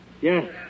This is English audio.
Yes